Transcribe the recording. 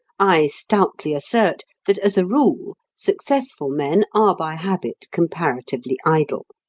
i stoutly assert that as a rule successful men are by habit comparatively idle.